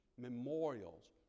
memorials